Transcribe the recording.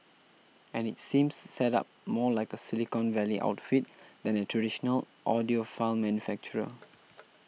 and it seems set up more like a silicon valley outfit than a traditional audiophile manufacturer